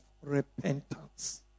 repentance